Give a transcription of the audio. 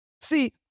See